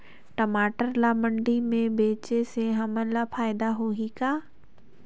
टमाटर ला मंडी मे बेचे से हमन ला फायदा होही का?